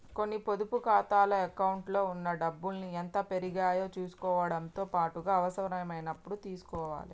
కొన్ని పొదుపు ఖాతాల అకౌంట్లలో ఉన్న డబ్బుల్ని ఎంత పెరిగాయో చుసుకోవడంతో పాటుగా అవసరమైనప్పుడు తీసుకోవాలే